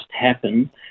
happen